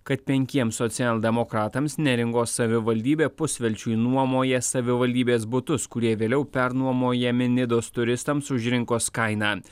kad penkiems socialdemokratams neringos savivaldybė pusvelčiui nuomoja savivaldybės butus kurie vėliau pernuomojami nidos turistams už rinkos kainą